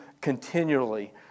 continually